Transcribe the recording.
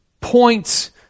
points